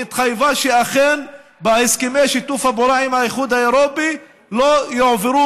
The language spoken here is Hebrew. והתחייבה שאכן בהסכמי שיתוף הפעולה עם האיחוד האירופי לא יועברו